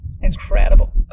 incredible